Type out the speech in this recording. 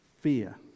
Fear